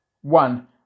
One